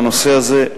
לנושא הזה,